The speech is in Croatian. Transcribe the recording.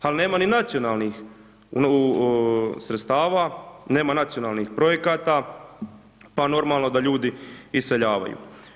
Pa nema ni nacionalnih sredstava, nema nacionalnih projekata pa normalno da ljudi iseljavaju.